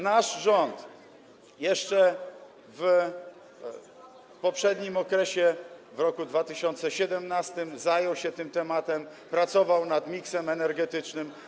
Nasz rząd jeszcze w poprzednim okresie, w roku 2017, zajął się tym tematem, pracował nad miksem energetycznym.